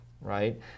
right